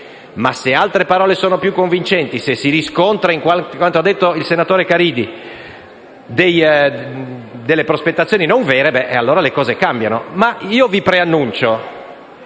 ma se altre parole saranno più convincenti, se si riscontreranno, in quanto ha detto il senatore Caridi, prospettazioni non vere, allora le cose cambiano, ma vi preannuncio